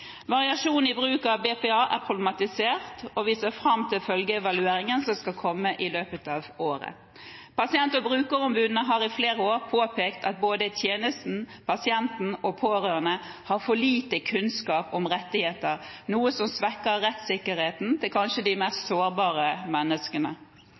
Variasjon i bruk av BPA er problematisert, og vi ser fram til følgeevalueringen som skal komme i løpet av året. Pasient- og brukerombudene har i flere år påpekt at både tjenesten, pasientene og pårørende har for lite kunnskap om rettigheter, noe som svekker rettssikkerheten til kanskje de mest